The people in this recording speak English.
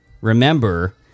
remember